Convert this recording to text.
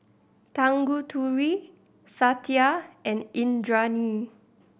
Tanguturi Satya and Indranee